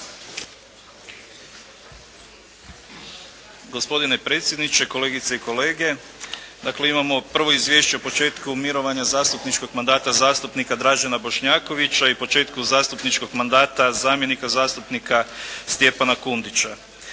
Gospodine predsjedniče, kolegice i kolege. Dakle, imamo prvo izvješće o početku mirovanja zastupničkog mandata zastupnika Dražena Bošnjakovića i početku zastupničkog mandata zamjenika zastupnika Stjepana Kundića.